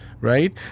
right